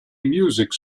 music